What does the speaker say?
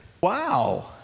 Wow